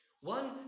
One